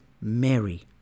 Mary